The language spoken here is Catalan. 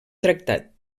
tractat